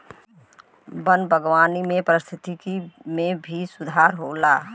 वन बागवानी से पारिस्थिकी में भी सुधार होला